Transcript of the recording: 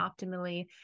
optimally